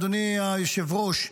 אדוני היושב-ראש,